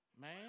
man